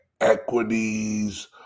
equities